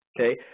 Okay